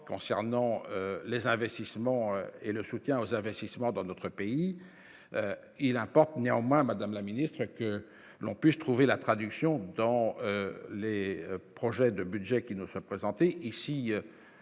concernant les investissements et le soutien aux investissements dans notre pays, il importe néanmoins Madame la ministre, que l'on puisse trouver la traduction dans les projets de budget qui ne se présenter ici,